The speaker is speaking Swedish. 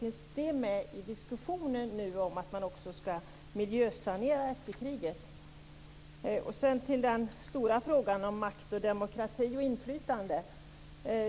Finns det med i diskussionen om att man också ska miljösanera efter kriget? Sedan går jag till den stora frågan om makt, demokrati och inflytande.